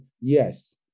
yes